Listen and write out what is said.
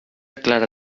clara